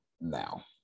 now